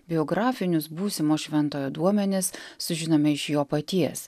biografinius būsimo šventojo duomenis sužinome iš jo paties